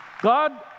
God